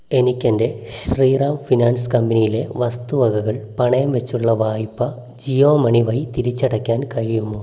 എനിക്ക് എൻ്റെ ശ്രീറാം ഫിനാൻസ് കമ്പനിയിലെ വസ്തുവകകൾ പണയം വെച്ചുള്ള വായ്പ ജിയോ മണി വഴി തിരിച്ചടയ്ക്കാൻ കഴിയുമോ